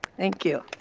thank you.